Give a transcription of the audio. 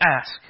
ask